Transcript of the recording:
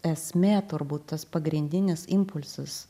esmė turbūt tas pagrindinis impulsas